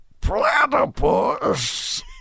platypus